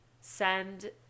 send